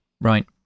Right